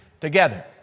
together